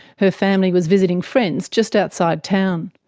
her family was visiting friends just outside town.